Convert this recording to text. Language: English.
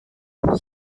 lab